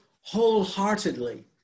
wholeheartedly